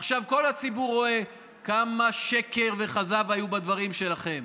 עכשיו כל הציבור רואה כמה שקר וכזב היו בדברים שלכם.